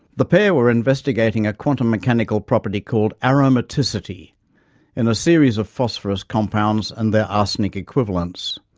the pair were investigating a quantum mechanical property called aromaticity in a series of phosphorus compounds and their arsenic equivalents.